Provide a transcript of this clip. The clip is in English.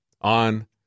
on